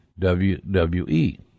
WWE